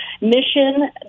Mission